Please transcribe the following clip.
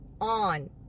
on